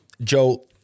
Joe